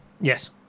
Yes